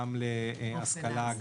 להשכלה,